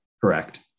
Correct